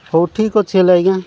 ହଉ ଠିକ୍ ଅଛି ହେଲେ ଆଜ୍ଞା